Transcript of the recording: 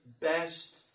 best